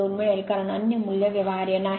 2 मिळेल कारण अन्य मूल्य व्यवहार्य नाही